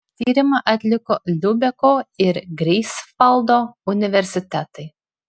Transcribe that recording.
tyrimą atliko liubeko ir greifsvaldo universitetai